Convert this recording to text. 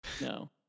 No